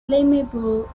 flammable